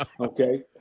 Okay